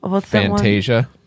Fantasia